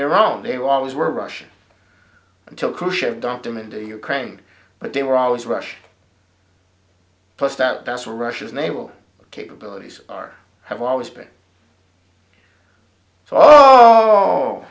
their own they always were russian until cruise ship dumped him into ukraine but they were always rush pushed out that's all russia's naval capabilities are have always been